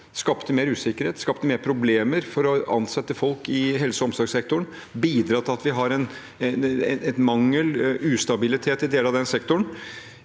skapte mer usikkerhet, mer problemer med å ansette folk i helse- og omsorgssektoren, og det bidrar til at vi har mangel, ustabilitet, i deler av den sektoren.